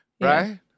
Right